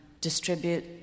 distribute